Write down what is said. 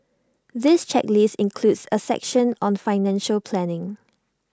this checklist includes A section on financial planning